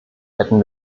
hätten